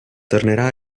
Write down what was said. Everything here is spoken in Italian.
tornerà